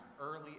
early